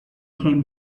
came